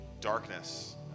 darkness